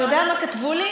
אתה יודע מה כתבו לי?